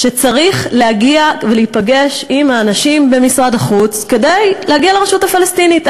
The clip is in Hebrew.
וצריך להגיע ולהיפגש עם האנשים במשרד החוץ כדי להגיע לרשות הפלסטינית.